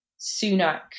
Sunak